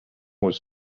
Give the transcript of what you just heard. was